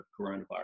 coronavirus